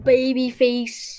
Babyface